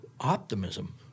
Optimism